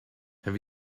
have